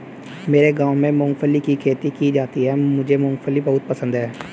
मेरे गांव में मूंगफली की खेती की जाती है मुझे मूंगफली बहुत पसंद है